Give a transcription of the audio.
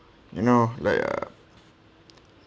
you know like err